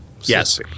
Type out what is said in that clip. Yes